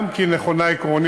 גם כי היא נכונה עקרונית,